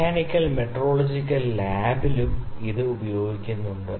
mechanical metrological ലാബിലും ഇത് ഉപയോഗിക്കാറുണ്ട്